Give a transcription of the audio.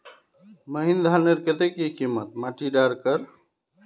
महीन धानेर केते की किसम माटी डार कर?